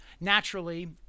naturally